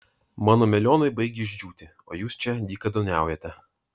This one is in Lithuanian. mano melionai baigia išdžiūti o jūs čia dykaduoniaujate